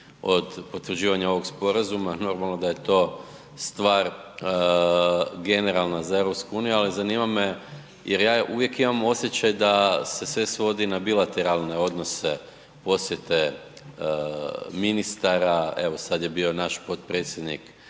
od potvrđivanja ovog Sporazuma. Normalno da je to stvar generalna za EU, ali zanima me jer ja uvijek imam osjećaj da se sve svodi na bilateralne odnose, posjete ministara, evo, sad je bio naš potpredsjednik